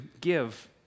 give